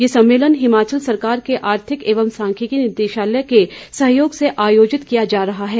ये सम्मेलन हिमाचल सरकार के आर्थिक एवं सांख्यिकी निदेशालय के सहयोग से आयोजित किया जा रहा है